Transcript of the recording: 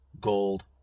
gold